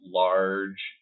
large